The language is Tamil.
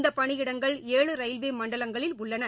இந்தபணியிடங்கள் ஏழு ரயில்வேமண்டலங்களில் உள்ளன